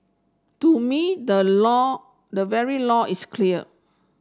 to me the law the very law is clear